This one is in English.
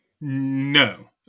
No